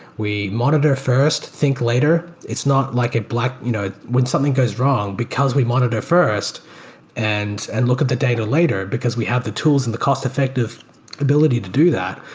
we monitor first, think later. it's not like a black you know when something goes wrong, because we monitor first and and look at the data later, because we have the tools and the cost-effective ability to do that,